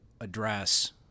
address